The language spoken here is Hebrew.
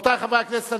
רבותי חברי הכנסת,